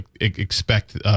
expect